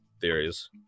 theories